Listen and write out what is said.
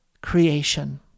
creation